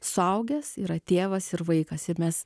suaugęs yra tėvas ir vaikas ir mes